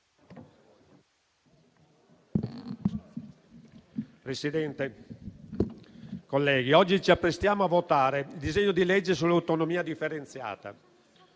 Presidente, colleghi, oggi ci apprestiamo a votare il disegno di legge sull'autonomia differenziata.